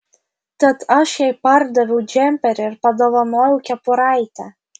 tad aš jai pardaviau džemperį ir padovanojau kepuraitę